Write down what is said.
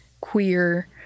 queer